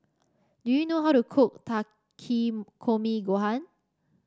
do you know how to cook Takikomi Gohan